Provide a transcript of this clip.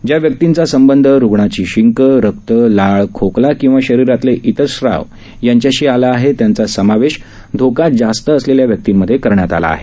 ज्या व्यक्तींचा संबंध रुग्णाची शिंक रक्त लाळ खोकला किंवा शरीरातले इतर स्राव यांच्याशी आला आहे त्यांचा समावेश धोका जास्त असलेल्या व्यक्तींमध्ये करण्यात आला आहे